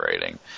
rating